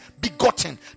begotten